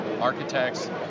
architects